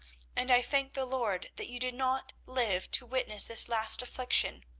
and i thank the lord that you did not live to witness this last affliction.